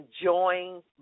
enjoying